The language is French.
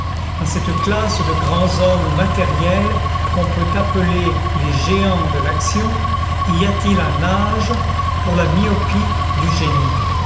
dans cette classe de grands hommes matériels qu'on peut appeler les géants de l'action y a-t-il un âge pour la myopie du génie